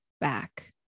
back